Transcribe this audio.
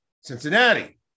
Cincinnati